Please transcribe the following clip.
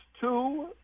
two